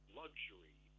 luxury